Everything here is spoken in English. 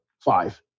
five